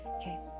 okay